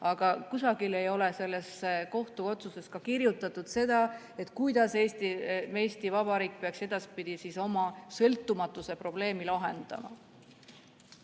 ma räägin. Aga selles kohtuotsuses ei ole kirjutatud seda, kuidas Eesti Vabariik peaks edaspidi oma sõltumatuse probleemi lahendama.